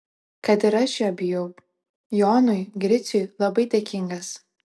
kad ir aš jo bijau jonui griciui labai dėkingas